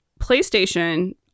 PlayStation